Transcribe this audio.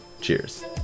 Cheers